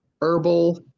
herbal